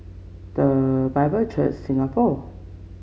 The Bible Church Singapore